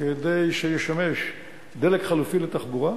כדי שישמש דלק חלופי לתחבורה,